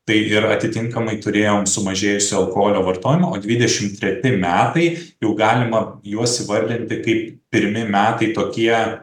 tai ir atitinkamai turėjom sumažėjusį alkoholio vartojimą o dvidešim treti metai jau galima juos įvardinti kaip pirmi metai tokie